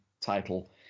title